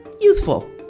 youthful